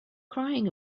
crying